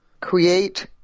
create